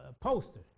poster